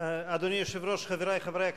אדוני היושב-ראש, חברי חברי הכנסת,